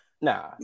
Nah